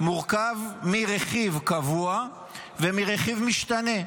מורכב מרכיב קבוע ומרכיב משתנה.